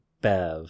bev